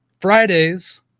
Fridays